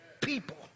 people